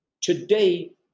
today